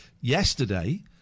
Yesterday